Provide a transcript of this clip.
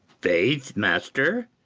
faith, master,